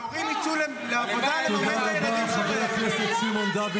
למה התעמרות?